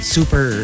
Super